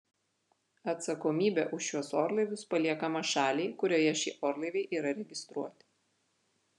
atsakomybė už šiuos orlaivius paliekama šaliai kurioje šie orlaiviai yra registruoti